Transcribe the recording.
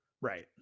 Right